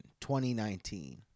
2019